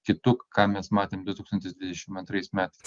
kitu ką mes matėm du tūkstantis dvidešimt antrais metais